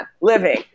living